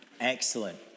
Excellent